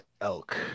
elk